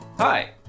Hi